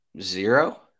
Zero